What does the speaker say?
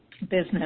business